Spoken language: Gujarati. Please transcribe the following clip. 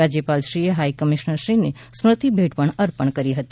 રાજ્યપાલશ્રી એ હાઈ કમિશ્નરશ્રીને સ્મૃતિ ભેટ પણ અર્પણ કરી હતી